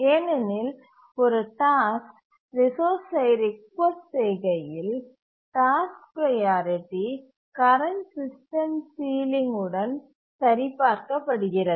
ஏனெனில் ஒரு டாஸ்க் ரிசோர்ஸ்சை ரிக்வெஸ்ட் செய்கையில் task priority current system ceiling உடன் சரிபார்க்கப்படுகிறது